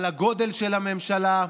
על הגודל של הממשלה,